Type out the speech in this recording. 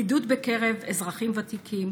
בדידות בקרב אזרחים ותיקים